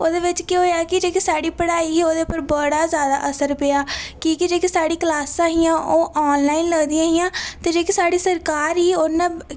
ओह्दे बिच्च केह् होआ कि जेह्की साढ़ी पढ़ाई ही ओह्दे पर बड़ा जैदा असर पेआ की जे जेह्की साढ़ी क्लासां हियां ओह् आनलाइन लगदियां हियां ते जेह्की साढ़ी सरकार ही उ'न्नै